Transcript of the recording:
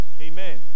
Amen